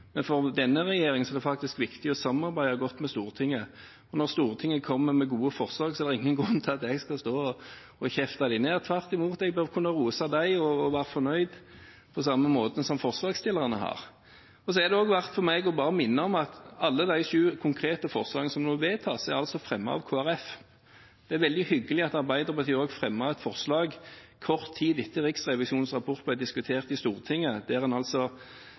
Men for denne regjeringen er det faktisk viktig å samarbeide godt med Stortinget, og når Stortinget kommer med gode forslag, er det ingen grunn til at jeg skal stå og kjefte dem ned. Tvert imot bør jeg kunne rose dem og være fornøyd, på samme måte som forslagsstillerne er. Det er også verdt å minne om at alle de sju konkrete forslagene som nå vedtas, er fremmet av Kristelig Folkeparti. Det er veldig hyggelig at Arbeiderpartiet også fremmet et forslag kort tid etter at Riksrevisjonens rapport ble diskutert i Stortinget, der en